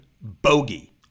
bogey